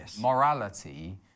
Morality